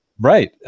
right